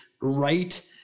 right